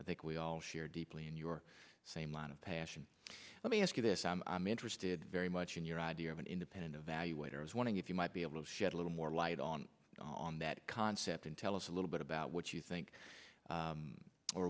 i think we all share deeply in your same line of passion let me ask you this i'm interested very much in your idea of an independent evaluation as wanting if you might be able to shed a little more light on on that concept and tell us a little bit about what you think